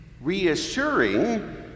Reassuring